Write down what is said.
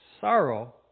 Sorrow